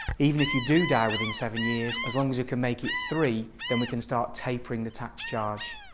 even if you do die within seven years as long as you can make it three then we can start tapering the tax charge.